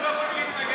אתם לא יכולים להתנגד.